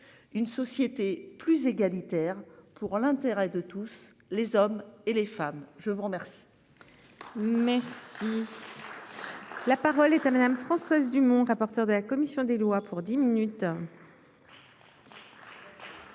Une société plus égalitaire pour l'intérêt de tous les hommes et les femmes. Je vous remercie. Merci. La parole est à madame Françoise Dumont, qu'à partir de la commission des lois pour 10 minutes.